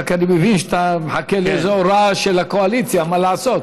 רק אני מבין שאתה מחכה לאיזו הוראה של הקואליציה מה לעשות,